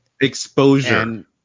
Exposure